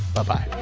bye-bye